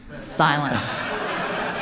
Silence